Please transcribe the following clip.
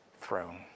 throne